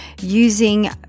using